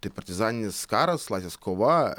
tai partizaninis karas laisvės kova